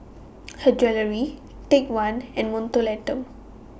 Her Jewellery Take one and Mentholatum